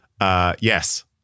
Yes